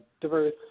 diverse